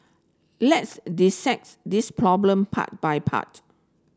let's this problem part by part